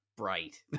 bright